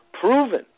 proven